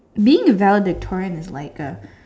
being valedictorian is like a